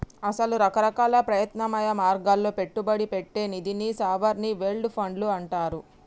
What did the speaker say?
అసలు రకరకాల ప్రత్యామ్నాయ మార్గాల్లో పెట్టుబడి పెట్టే నిధిని సావరిన్ వెల్డ్ ఫండ్లు అంటారు